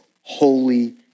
holy